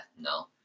no